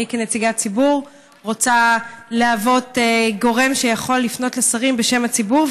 אני כנציגת ציבור רוצה לשמש גורם שיכול לפנות לשרים בשם הציבור,